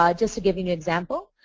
ah just to give you an example.